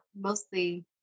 mostly